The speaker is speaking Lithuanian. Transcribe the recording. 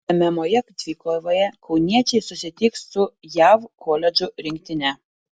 lemiamoje dvikovoje kauniečiai susitiks su jav koledžų rinktine